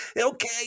okay